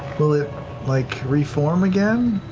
will it like, reform again?